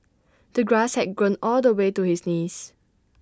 the grass had grown all the way to his knees